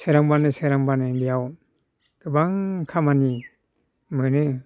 सोरांबानो सोरांबानो बेयाव गोबां खामानि मोनो